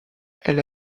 elle